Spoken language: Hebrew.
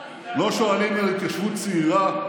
לא שואלים על התיישבות צעירה,